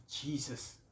Jesus